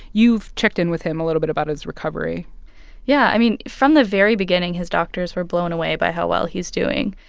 you've checked in with him a little bit about his recovery yeah. i mean, from the very beginning, his doctors were blown away by how well he's doing.